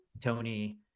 Tony